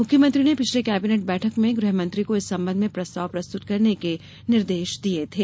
मुख्यमंत्री ने पिछली कैंबिनेट बैठक में गृह मंत्री को इस संबंध में प्रस्ताव प्रस्तुत करने के निर्देश दिए थे